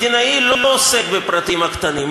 מדינאי לא עוסק בפרטים הקטנים.